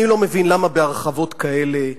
אני לא מבין למה בהרחבות כאלה,